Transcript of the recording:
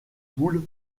poules